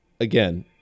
again